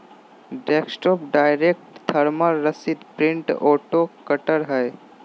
desktop direct thermal रसीद printer auto cutter हइ